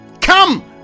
come